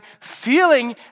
feeling